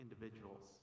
individuals